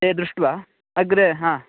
ते दृष्ट्वा अग्रे हा